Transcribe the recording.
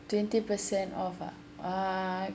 twenty per cent off ah uh